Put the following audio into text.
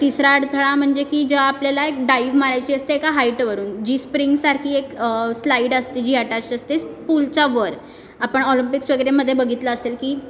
तिसरा अडथळा म्हणजे की जेव्हा आपल्याला एक डाइव मारायची असते एका हाईटवरून जी स्प्रिंगसारखी एक स्लाईड असते जी अटॅच्ड असते पूलच्या वर आपण ऑलिम्पिक्समध्ये वगैरे बघितलं असेल की